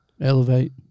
Elevate